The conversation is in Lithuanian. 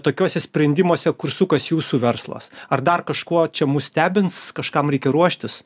tokiuose sprendimuose kur sukas jūsų verslas ar dar kažkuo čia mus stebins kažkam reikia ruoštis